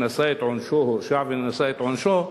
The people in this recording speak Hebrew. שהורשע ונשא את עונשו,